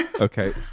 Okay